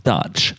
Dutch